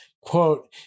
quote